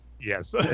Yes